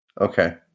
okay